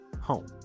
home